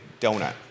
donut